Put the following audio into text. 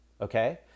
Okay